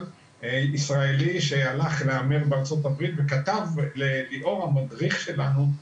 ישראלי שהלך להמר בארצות הברית כתב לליאור המדריך שלנו.